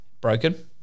broken